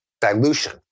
dilution